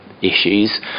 issues